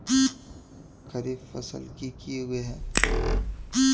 खरीफ फसल की की उगैहे?